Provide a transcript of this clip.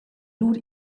lur